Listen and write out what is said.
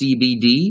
CBD